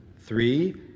three